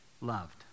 loved